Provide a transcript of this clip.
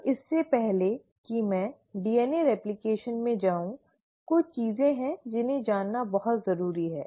तो इससे पहले कि मैं डीएनए प्रतिकृति में जाऊं कुछ चीजें हैं जिन्हें जानना बहुत जरूरी है